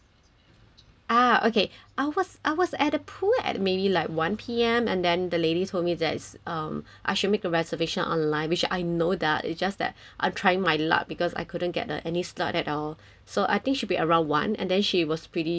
ah okay I was I was at the poor at maybe like one P_M and then the ladies told me that um I should make a reservation online which I know that it's just that I'm trying my luck because I couldn't get any slot at all so I think should be around one and then she was pretty um